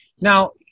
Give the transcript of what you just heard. now